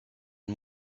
une